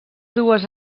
dues